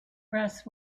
rest